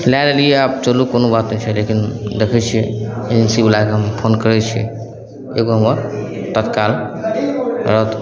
लै लेलिए आब चलू कोनो बात नहि छै लेकिन देखै छिए एजेन्सीवलाके हम फोन करै छिए एगो हमर तत्काल रद्द